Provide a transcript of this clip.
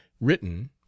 written